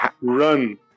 run